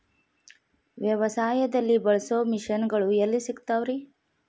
ವ್ಯವಸಾಯದಲ್ಲಿ ಬಳಸೋ ಮಿಷನ್ ಗಳು ಎಲ್ಲಿ ಸಿಗ್ತಾವ್ ರೇ?